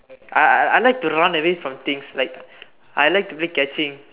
I I I like to run away from things like I like to play catching